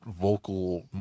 vocal